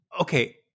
Okay